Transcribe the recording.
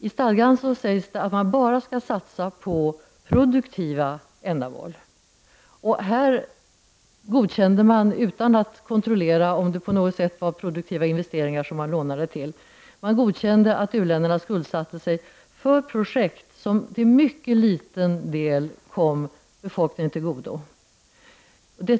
I stadgan sägs nämligen att man bara skall satsa på produktiva ändamål. I det här fallet godkände man utan att kontrollera om det var produktiva investeringar som man lånade till. Man godkände att u-länderna skuldsatte sig för projekt som till mycket liten del kom befolkningen till godo.